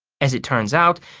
as it turns out,